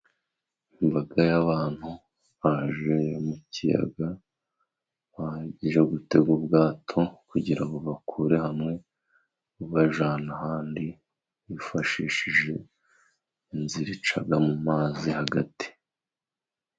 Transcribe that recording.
Imbaga y'abantu baje mu kiyaga baje gutega ubwato kugira bubakure hamwe bubajyana ahandi ,bifashishije inzira ica mu mazi hagati.